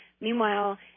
Meanwhile